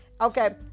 Okay